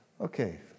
Okay